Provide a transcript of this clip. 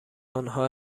آنها